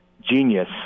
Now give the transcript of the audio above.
genius